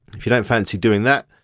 if you don't fancy doing that,